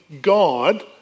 God